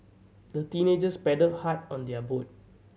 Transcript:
the teenagers paddled hard on their boat